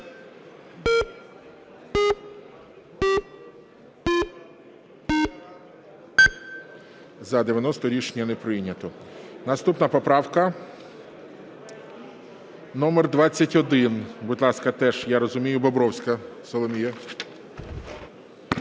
За-90 Рішення не прийнято. Наступна поправка номер 21. Будь ласка, теж я розумію, Бобровська Соломія.